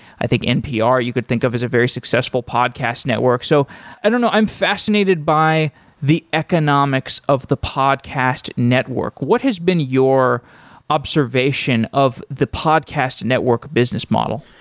i think npr you could think of is a very successful podcast network. so i don't know. i'm fascinated by the economics of the podcast network. what has been your observation of the podcast network business model?